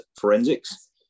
forensics